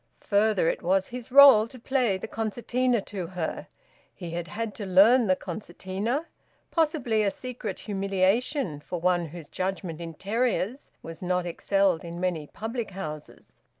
further, it was his role to play the concertina to her he had had to learn the concertina possibly a secret humiliation for one whose judgement in terriers was not excelled in many public-houses.